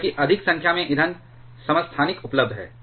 क्योंकि अधिक संख्या में ईंधन समस्थानिक उपलब्ध हैं